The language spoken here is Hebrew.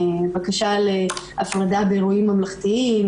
בקשה להפרדה באירועים ממלכתיים.